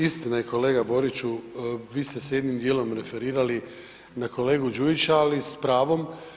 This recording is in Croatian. Istina je kolega Boriću, vi ste se jednim dijelom referirali na kolegu Đujića, ali s pravom.